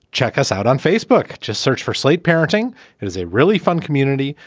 check us out on facebook. just search for slate. parenting is a really fun community.